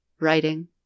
writing